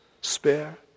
spare